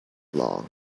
long